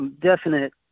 definite